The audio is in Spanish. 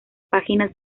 páginas